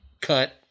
cut